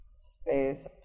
space